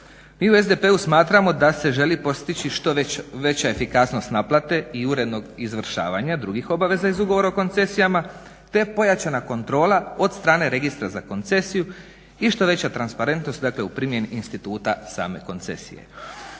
Mi u SDP-u smatramo da se želi postići što veća efikasnost naplate i urednog izvršavanja drugih obaveza iz Ugovora o koncesijama, te pojačana kontrola od strane registra za koncesiju i što veća transparentnost, dakle u primjeni instituta same koncesije.